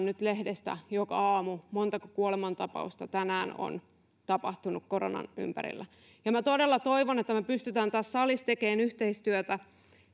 nyt lehdestä joka aamu siitä montako kuolemantapausta tänään on tapahtunut koronan ympärillä minä todella toivon että me pystymme tässä salissa tekemään yhteistyötä